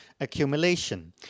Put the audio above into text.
accumulation